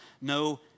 no